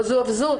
לא זו אף זו,